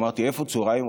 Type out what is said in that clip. אמרתי: איפה צוהריים?